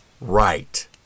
right